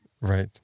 Right